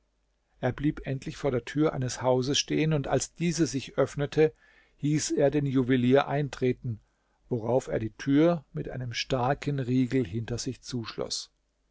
er blieb endlich vor der tür eines hauses stehen und als diese sich öffnete hieß er den juwelier eintreten worauf er die tür mit einem starken riegel hinter sich